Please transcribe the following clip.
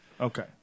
Okay